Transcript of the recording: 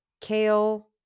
kale